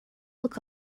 look